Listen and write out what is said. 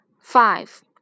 Five